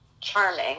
charming